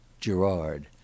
gerard